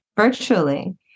virtually